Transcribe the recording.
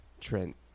Trent